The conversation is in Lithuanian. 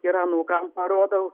ir anūkam parodau